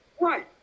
Right